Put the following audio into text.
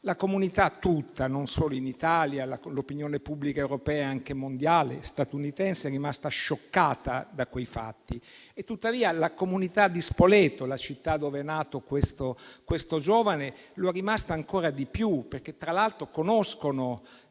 La comunità tutta, non solo in Italia, ma l'opinione pubblica europea e anche mondiale statunitense è rimasta scioccata da quei fatti, e tuttavia la comunità di Spoleto, la città dove è nato questo giovane, lo è rimasta ancora di più, perché tra l'altro conoscono